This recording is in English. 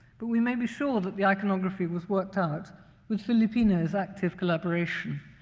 but we may be sure that the iconography was worked out with filippino's active collaboration.